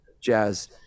jazz